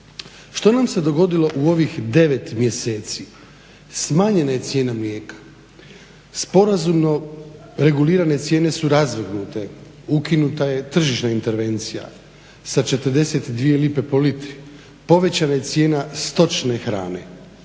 Što nam se dogodilo u ovih 9 mjeseci? Smanjena je cijena mlijeka, sporazumno regulirane cijene su razvrgnute, ukinuta je tržišna intervencija sa 42 lipe po litri, povećana je cijena stočne hrane.